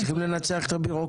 אתם צריכים לנצח את הביורוקרטיה.